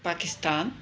Pakistan